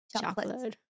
Chocolate